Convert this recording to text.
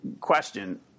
question